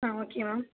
ஆ okay மா